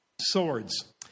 swords